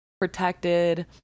protected